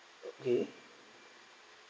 okay